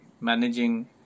managing